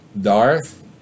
Darth